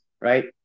right